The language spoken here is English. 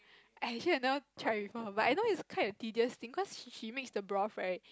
I actually I never try before but I know it's kind of tedious thing cause she she made the broth right